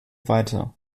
weiter